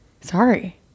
Sorry